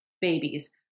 babies